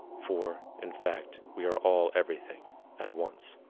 for in fact, we are all everything at once.